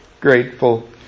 grateful